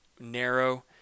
narrow